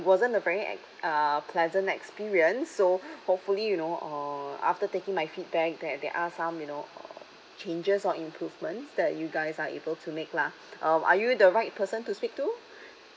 wasn't a very at uh pleasant experience so hopefully you know uh after taking my feedback that there are some you know uh changes or improvements that you guys are able to make lah um are you the right person to speak to